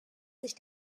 sich